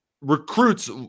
recruits